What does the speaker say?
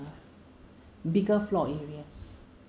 bigger floor areas